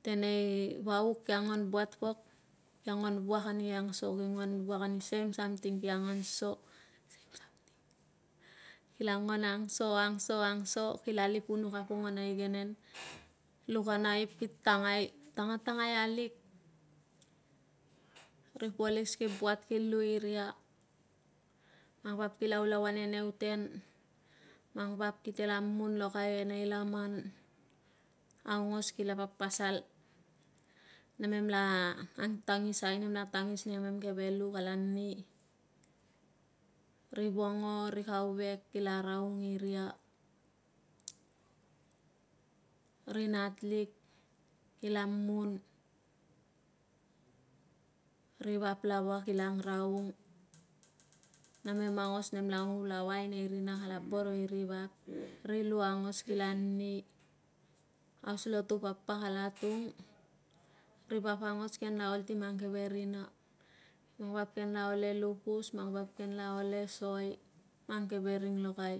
tenei vauk ki anguanan buat pok kia nuan vuak ani angso kia nguan vuak ani seim samting kia nguan angso angso kila lipunuk a pongua na igenen luk a naip ki tangai tangatangai alik ri polis ki buat ki lu iria mang vap kila ulau ane new ten mang vap kite la mun lokai e nei laman aungos kila papasal nemen la angtangis i tangis ni kamen keve lu kila ni ri vongo ri kauvek kila raungiria ri na lik kila mun ri vap lava kila ang raung namen angos na mem ulaual ni rinaa kala boro i vap ri lua aingos kila ni aulotu papa kala tung ri vap aingos kian la ol e lukus men vap kian la ole soi mang ke ring lokai.